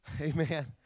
Amen